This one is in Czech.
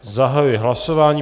Zahajuji hlasování.